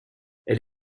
elle